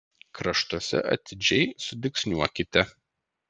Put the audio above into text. kraštuose atidžiai sudygsniuokite